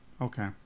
Okay